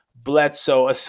Bledsoe